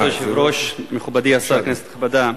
כבוד היושב-ראש, מכובדי השר, כנסת נכבדה,